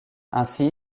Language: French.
ainsi